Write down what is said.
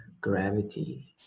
gravity